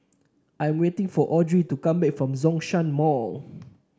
I'm waiting for Audrey to come back from Zhongshan Mall